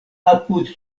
apud